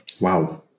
Wow